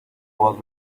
was